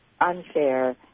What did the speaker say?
unfair